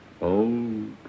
Old